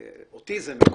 אותי זה מקומם,